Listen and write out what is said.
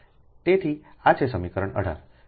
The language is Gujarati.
તેથી આ છે સમીકરણ 18